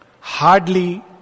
Hardly